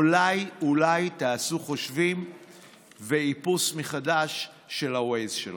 אולי אולי תעשו חושבים ואיפוס מחדש של הווייז שלכם.